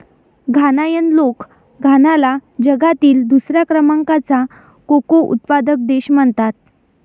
घानायन लोक घानाला जगातील दुसऱ्या क्रमांकाचा कोको उत्पादक देश म्हणतात